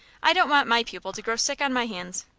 i don't want my pupil to grow sick on my hands.